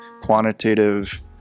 quantitative